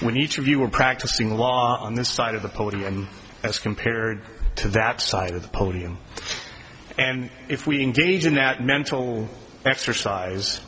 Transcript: when each of you were practicing law on this side of the podium as compared to that side of the podium and if we engage in that mental exercise